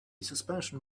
suspension